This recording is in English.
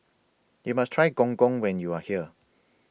YOU must Try Gong Gong when YOU Are here